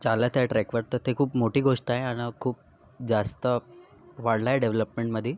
चालत आहे ट्रॅकवर तर ते खूप मोठी गोष्ट आहे आणि खूप जास्त वाढलं आहे डेव्हलपमेंटमध्ये